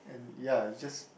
and ya it just